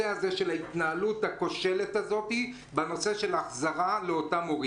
ההתנהלות הכושלת הזאת בעניין החזרת הכספים לאותם הורים.